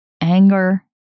anger